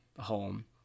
home